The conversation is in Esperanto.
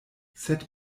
sed